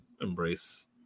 embrace